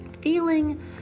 Feeling